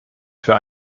für